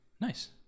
Nice